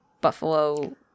buffalo